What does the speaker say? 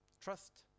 trust